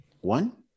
one